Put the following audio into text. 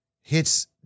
hits